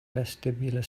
vestibular